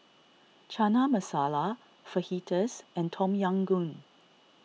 Chana Masala Fajitas and Tom Yam Goong